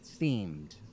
themed